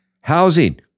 Housing